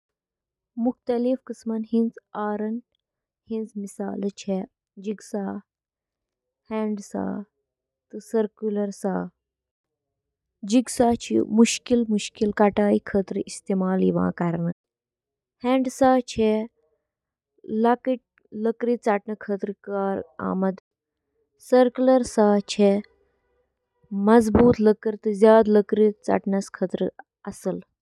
Skin ہٕنٛدیٚن طرفن چھِ لٔٹہِ آسان، یتھ ریڈنگ تہِ ونان چھِ، واریاہو وجوہاتو کِنۍ، یتھ منٛز شٲمِل چھِ: جعل سازی تہٕ کلپنگ رُکاوٕنۍ، بوزنہٕ یِنہٕ والیٚن ہٕنٛز مدد، لباس کم کرُن تہٕ باقی۔